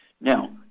Now